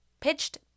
pitched